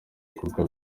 bikorwa